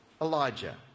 Elijah